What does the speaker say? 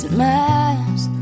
miles